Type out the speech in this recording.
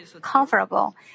comfortable